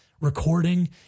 recording